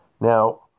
Now